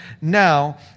Now